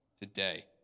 today